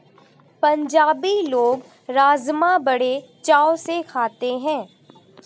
पंजाबी लोग राज़मा बड़े चाव से खाते हैं